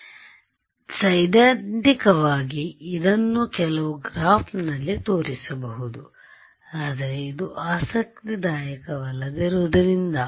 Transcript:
ಆದ್ದರಿಂದ ಸೈದ್ಧಾಂತಿಕವಾಗಿ ಇದನ್ನು ಕೆಲವು ಗ್ರಾಫ್ಗಳಲ್ಲಿ ತೋರಿಸಬಹುದು ಆದರೆ ಇದು ಆಸಕ್ತಿದಾಯಕವಲ್ಲದಿರುವುದರಂದ